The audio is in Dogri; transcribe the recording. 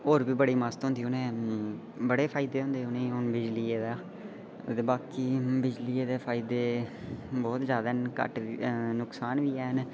होर बी बड़ी मस्त होंदी उ'नें बड़े फायदे होंदे हू'न उ'नें बिजलियै दा ते बाकी जलियै दे फायदे बहुत जादै न नुक्सान बी है'न